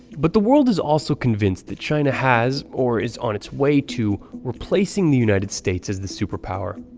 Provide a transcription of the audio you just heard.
but the world is also convinced that china has, or is on its way to, replacing the united states as the superpower.